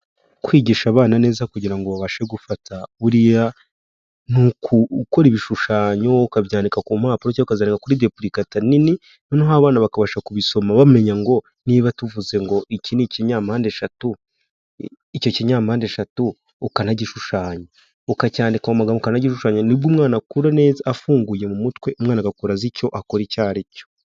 Kwigisha abana neza kugiran ngo babashe gufata buriya ni ugukora ibishushanyo ukabyandika kumpapuro cyangwa ukazandika kuri deblicata nini noneho abana bakabasha kubisoma bamenya ngo niba tuvuze ngo iki ni ikinyampande eshatu icyo kinyampande eshatu ukanagishushanya ukacyandika mumagambo ukanagishushanyayo nibwo umwana akura neza afunguye mumutwe umwana agakura azi icyo akora icyo ari cyo.